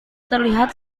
terlihat